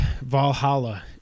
Valhalla